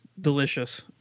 delicious